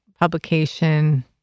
publication